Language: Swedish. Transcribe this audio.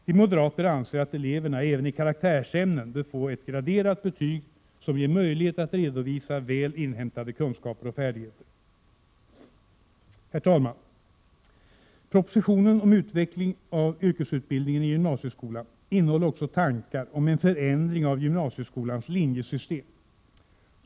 Vi moderater anser att eleverna även i karaktärsämnen bör få ett graderat betyg som ger möjlighet att redovisa väl inhämtade kunskaper och färdigheter. Herr talman! Propositionen om utveckling av yrkesutbildningen i gymnasieskolan innehåller också tankar om en förändring av gymnasieskolans linjesystem.